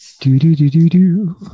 Do-do-do-do-do